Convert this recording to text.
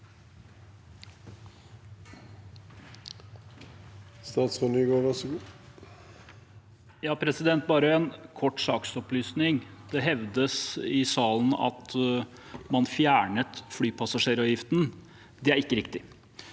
Bare en kort saksopplysning: Det hevdes i salen at man fjernet flypassasjeravgiften. Det er ikke riktig.